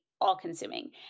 all-consuming